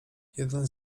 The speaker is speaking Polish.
jeden